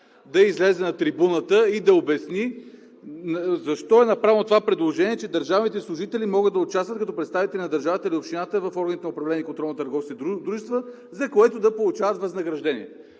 да излезе на трибуната и да обясни защо е направено това предложение, че държавните служители могат да участват като представители на държавата или общината в органите на управление